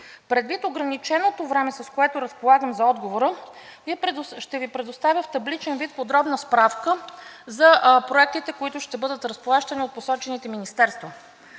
Предвид ограниченото време, с което разполагам за отговора, ще Ви предоставя в табличен вид подробна справка за проектите, които ще бъдат разплащани от посочените министерства.